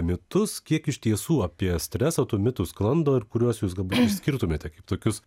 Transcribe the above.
mitus kiek iš tiesų apie stresą tų mitų sklando ir kuriuos jūs galbūt išskirtumėte kaip tokius